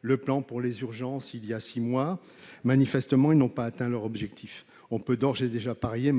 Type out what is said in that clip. le plan pour les urgences il y a six mois. Manifestement, ils n'ont pas atteint leur objectif. On peut malheureusement d'ores et déjà parier